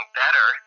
better